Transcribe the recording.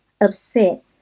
upset